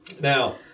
Now